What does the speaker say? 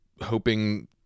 hoping